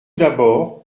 d’abord